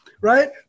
right